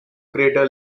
crater